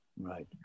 right